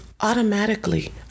automatically